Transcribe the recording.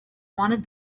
wanted